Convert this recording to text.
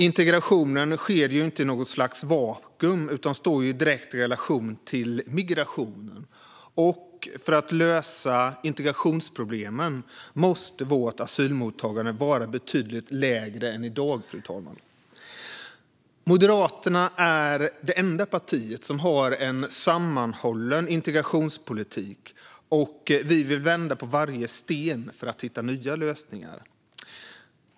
Integrationen sker inte i något slags vakuum utan står i direkt relation till migrationen. För att integrationsproblemen ska lösas måste vårt asylmottagande vara betydligt lägre än i dag. Moderaterna är det enda parti som har en sammanhållen integrationspolitik, och vi vill vända på varje sten för att hitta nya lösningar.